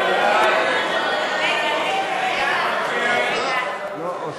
לסעיף 3(1) אין הסתייגויות,